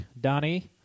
Donnie